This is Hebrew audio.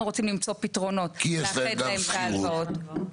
רוצים למצוא פתרונות לאחד להם את ההלוואות --- כי יש להם גם שכירות.